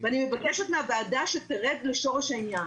אני מבקשת מהוועדה שתרד לשורש העניין.